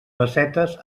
bassetes